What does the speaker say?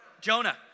Jonah